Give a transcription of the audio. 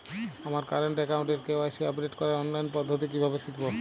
আমার কারেন্ট অ্যাকাউন্টের KYC update করার অনলাইন পদ্ধতি কীভাবে শিখব?